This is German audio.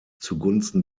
zugunsten